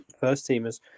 first-teamers